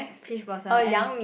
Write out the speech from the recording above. peach blossom and